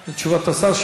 על תשובת השר.